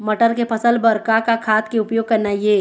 मटर के फसल बर का का खाद के उपयोग करना ये?